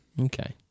Okay